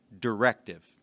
directive